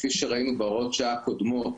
כפי שראינו בהוראות שעה קודמות,